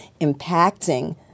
impacting